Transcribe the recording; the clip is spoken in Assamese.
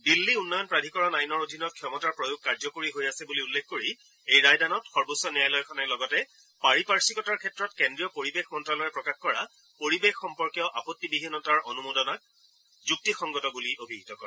দিল্লী উন্নয়ন প্ৰাধিকৰণ আইনৰ অধীনত ক্ষমতাৰ প্ৰয়োগ কাৰ্যকৰী হৈ আছে বুলি উল্লেখ কৰি এই ৰায়দানত সৰ্বোচ্চ ন্যায়ালয়খনে লগতে পাৰিপাৰ্ধিকতাৰ ক্ষেত্ৰত কেন্দ্ৰীয় পৰিৱেশ মন্ত্যালয়ে প্ৰকাশ কৰা পৰিৱেশ সম্পৰ্কীয় আপণ্ডিবিহীনতাৰ অনুমোদনক যুক্তিসংগত বুলি অভিহিত কৰে